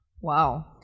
Wow